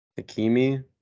Hakimi